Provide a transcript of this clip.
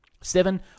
Seven